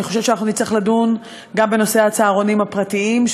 אני חושבת שאנחנו נצטרך לדון גם בנושא הצהרונים הפרטיים,